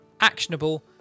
actionable